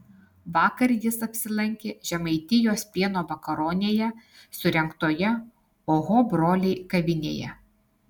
vakar jis apsilankė žemaitijos pieno vakaronėje surengtoje oho broliai kavinėje